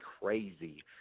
crazy